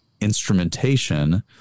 instrumentation